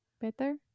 better